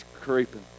creeping